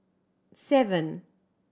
seven